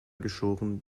geschoren